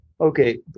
Okay